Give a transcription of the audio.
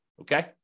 Okay